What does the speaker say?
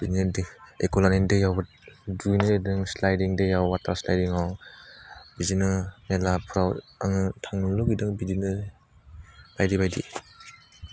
बिदि दै एक'लेण्डनि दैयावबो दुगैनो निगिदों स्लाइदिं दैयाव वाटार स्लाइदिङाव बिदिनो मेलाफ्राव आङो थांनो लुगैदों बिदिनो बायदि बायदि